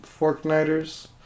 Forknighters